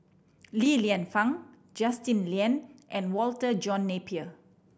Li Lienfung Justin Lean and Walter John Napier